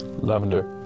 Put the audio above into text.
Lavender